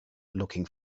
looking